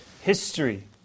history